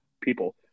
people